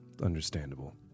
Understandable